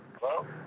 Hello